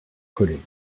pudding